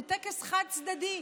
הוא טקס חד-צדדי: